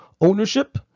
ownership